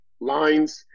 lines